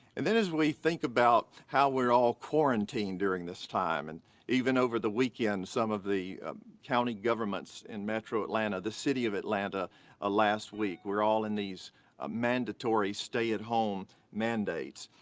and then as we think about how we're all quarantined during this time, and even over the weekend some of the county governments in metro atlanta, the city of atlanta ah last week, were all in these mandatory stay at home mandates.